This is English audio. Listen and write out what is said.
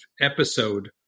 episode